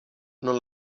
non